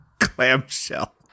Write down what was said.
Clamshell